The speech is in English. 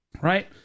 right